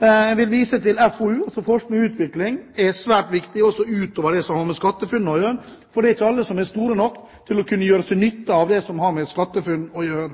Jeg vil vise til at FoU – forskning og utvikling – er svært viktig, også utover det som har med SkatteFUNN å gjøre. For det er ikke alle som er store nok til å kunne gjøre seg nytte av det som har med SkatteFUNN å gjøre.